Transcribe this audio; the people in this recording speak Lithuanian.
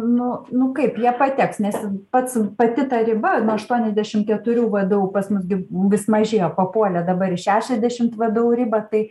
nu nu kaip jie pateks nes pats pati ta riba nuo aštuoniasdešim keturių vdu pas mus gi vis mažėjo papuolė dabar į šešiasdešimt vdu ribą tai